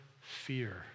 fear